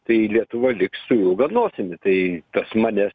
tai lietuva liks su ilga nosimi tai tas mane